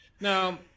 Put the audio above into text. Now